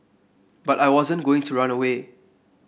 but I wasn't going to run away